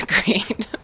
Agreed